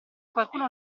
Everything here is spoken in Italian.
qualcuno